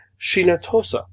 Shinatosa